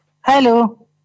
Hello